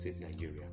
Nigeria